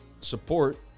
support